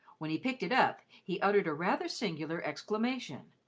when he picked it up, he uttered a rather singular exclamation.